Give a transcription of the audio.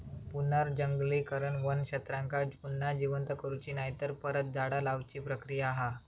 पुनर्जंगलीकरण वन क्षेत्रांका पुन्हा जिवंत करुची नायतर परत झाडा लाऊची प्रक्रिया हा